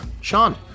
Sean